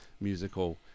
musical